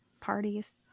parties